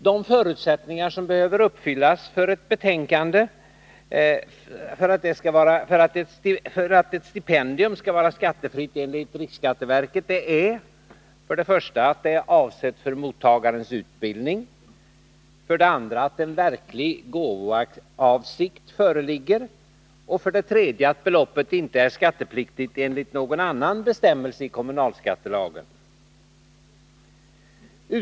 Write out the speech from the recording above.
De förutsättningar som skall föreligga för att ett stipendium skall vara skattefritt enligt riksskatteverket är för det första att det är avsett för mottagarens utbildning, för det andra att en verklig gåvoavsikt föreligger och för det tredje att beloppet inte är skattepliktigt enligt någon annan bestämmelse i kommunalskattelagen.